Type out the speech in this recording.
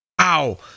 Ow